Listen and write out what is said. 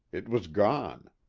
it was gone.